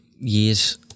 years